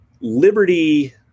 liberty